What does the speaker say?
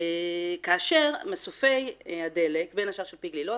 זאת כאשר מסופי הדלק בין השאר של פי גלילות,